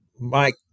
Mike